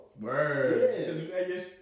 Word